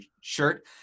shirt